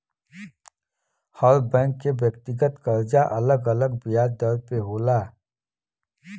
हर bank के व्यक्तिगत करजा अलग अलग बियाज दर पे होला